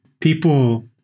people